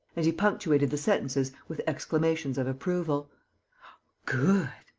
and he punctuated the sentences with exclamations of approval good.